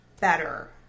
better